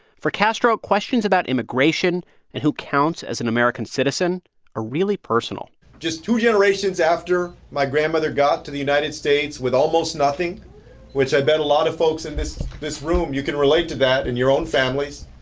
for castro, questions about immigration and who counts as an american citizen are really personal just two generations after my grandmother got to the united states with almost nothing which i bet a lot of folks in this this room, you can relate to that in your own families.